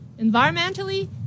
environmentally